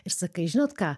ir sakai žinot ką